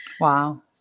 Wow